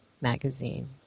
magazine